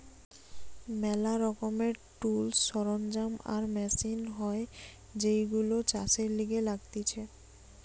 ম্যালা রকমের টুলস, সরঞ্জাম আর মেশিন হয় যেইগুলো চাষের লিগে লাগতিছে